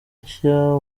nshya